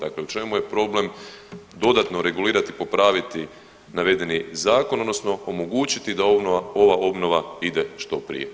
Dakle u čemu je problem dodatno regulirati, popraviti navedeni zakon, odnosno omogućiti da ova obnova ide što prije.